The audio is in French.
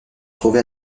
trouvée